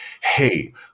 hey